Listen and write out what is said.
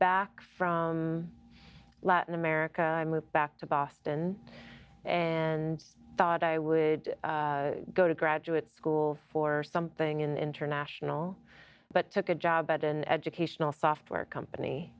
back from latin america i moved back to boston and thought i would go to graduate school for something in international but like a job at an educational software company